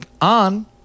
on